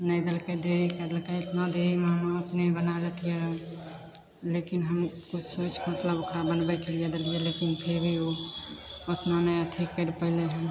नहि देलकै देरी करि देलकै एतना देरीमे हम अपने बना देतिए रहै लेकिन हम किछु सोचिके मतलब ओकरा बनबैके लिए देलिए लेकिन फिर भी ओ ओतना नहि अथी करि पएलै